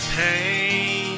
pain